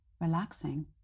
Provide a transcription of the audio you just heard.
relaxing